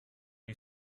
you